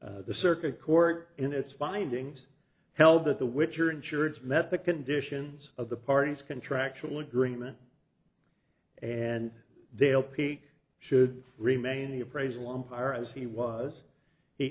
the circuit court in its findings held that the witcher insurance met the conditions of the party's contractual agreement and dale peak should remain the appraisal umpire as he was he